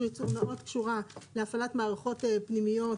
ייצור נאות קשורה להפעלת מערכות פנימיות,